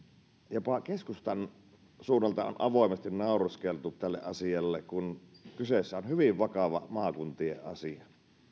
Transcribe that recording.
jopa keskustan suunnalta on avoimesti naureskeltu tälle asialle vaikka kyseessä on hyvin vakava maakuntien asia